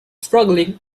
struggling